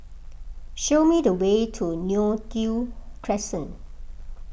show me the way to Neo Tiew Crescent